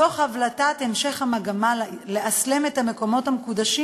תוך הבלטת המשך המגמה לאסלם את המקומות המקודשים